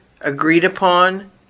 agreed-upon